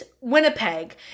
Winnipeg